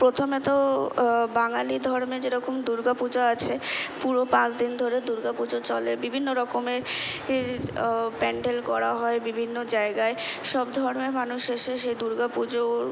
প্রথমে তো বাঙালি ধর্মে যেরকম দুর্গা পূজা আছে পুরো পাঁচ দিন ধরে দুর্গা পুজো চলে বিভিন্ন রকমের ইর প্যান্ডেল করা হয় বিভিন্ন জায়গায় সব ধর্মের মানুষ এসে সে দুর্গা পুজোর